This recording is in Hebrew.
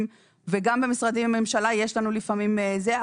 וגם במשרדי ממשלה יש לנו לפעמים זה.